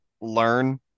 learn